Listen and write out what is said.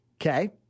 Okay